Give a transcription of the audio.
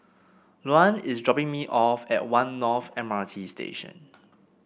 Luann is dropping me off at One North M R T Station